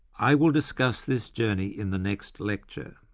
i will discuss this journey in the next lecture.